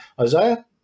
Isaiah